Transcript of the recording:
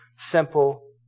simple